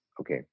okay